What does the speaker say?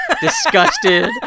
disgusted